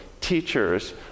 teachers